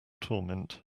torment